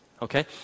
Okay